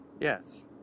Yes